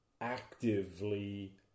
actively